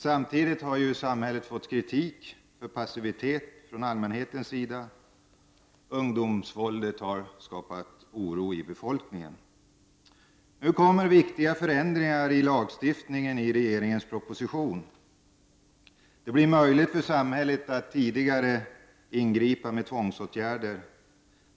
Samtidigt har samhället fått kritik för passivitet från allmänheten. Ungdomsvåldet har skapat oro i befolkningen. Nu föreslås viktiga förändringar i lagen i regeringens proposition. Det blir möjligt för samhället att tidigare ingripa med tvångsåtgärder.